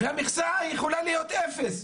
המכסה יכולה להיות אפס.